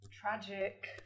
tragic